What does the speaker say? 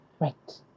Right